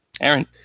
Aaron